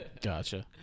Gotcha